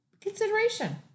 Consideration